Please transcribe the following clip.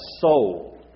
soul